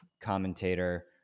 commentator